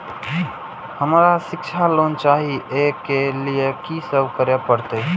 हमरा शिक्षा लोन चाही ऐ के लिए की सब करे परतै?